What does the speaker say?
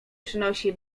przynosi